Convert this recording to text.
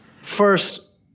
First